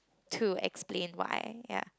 to explain what I am ya